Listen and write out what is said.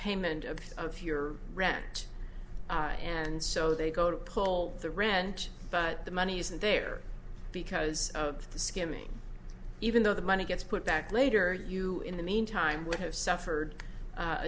payment of of your rent and so they go to pull the rent but the money isn't there because the skimming even though the money gets put back later you in the meantime would have suffered